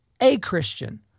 a-Christian